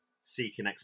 Seeking